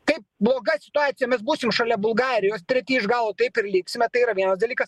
taip bloga situacija mes būsim šalia bulgarijos treti iš galo taip ir liksime tai yra vienas dalykas